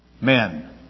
Men